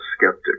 skeptic